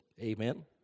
Amen